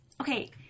Okay